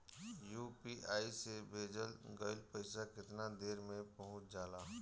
UPI से भेजल गईल पईसा कितना देर में पहुंच जाला?